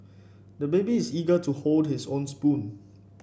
the baby is eager to hold his own spoon